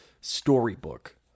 storybook